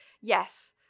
Yes